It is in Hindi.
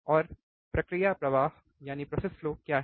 और प्रक्रिया प्रवाह क्या है